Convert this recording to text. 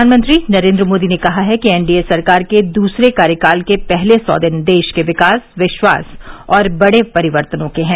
प्रधानमंत्री नरेन्द्र मोदी ने कहा है कि एनडीए सरकार के दूसरे कार्यकाल के पहले सौ दिन देश के विकास विश्वास और बड़े परिर्वतनों के हैं